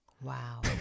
wow